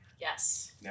Yes